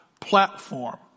platform